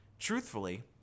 Truthfully